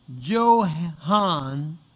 Johann